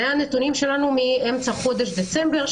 אלה הנתונים שלנו מאמצע חודש דצמבר,